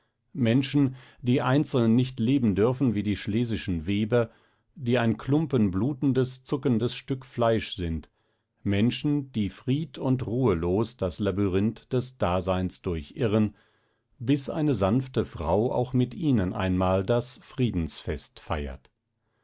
menschen die einzeln nicht leben dürfen wie die schlesischen weber die ein klumpen blutendes zuckendes stück fleisch sind menschen die fried und ruhelos das labyrinth des daseins durchirren bis eine sanfte frau auch mit ihnen einmal das friedensfest feiert